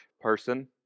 person